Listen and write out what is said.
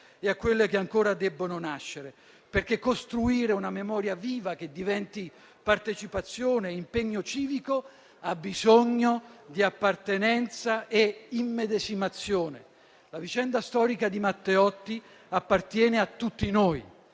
e a quelle che ancora debbono nascere. Perché costruire una memoria viva, che diventi partecipazione e impegno civico, ha bisogno di appartenenza e immedesimazione. La vicenda storica di Matteotti appartiene a tutti noi.